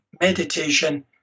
meditation